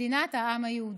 מדינת העם היהודי.